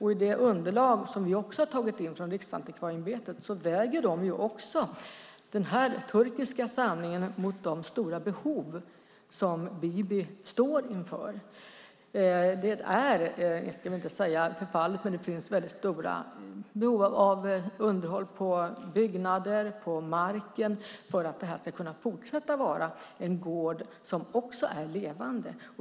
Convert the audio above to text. I det underlag som vi har tagit in från Riksantikvarieämbetet väger de den turkiska samlingen mot de stora behov som Biby står inför. Jag ska inte säga att det är förfallet, men det finns stora behov av underhåll av byggnader och mark för att Biby ska kunna fortsätta att vara en gård som är levande.